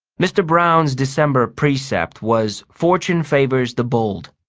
mr. browne's december precept was fortune favors the bold.